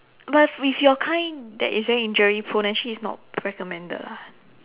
but with your kind that is very injury prone actually it's not recommended lah